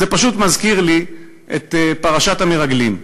זה פשוט מזכיר לי את פרשת המרגלים.